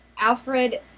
Alfred